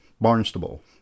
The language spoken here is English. Barnstable